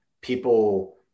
people